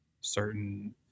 certain